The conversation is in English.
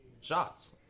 Shots